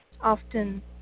often